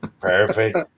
Perfect